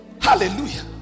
Hallelujah